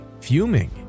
fuming